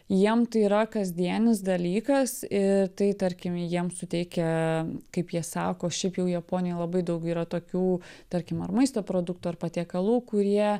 jiem tai yra kasdienis dalykas ir tai tarkime jiem suteikia kaip jie sako šiaip jau japonijoj labai daug yra tokių tarkim ar maisto produktų ar patiekalų kurie